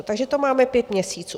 Takže to máme pět měsíců.